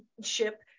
ship